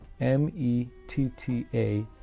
M-E-T-T-A